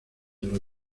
los